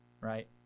Right